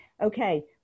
okay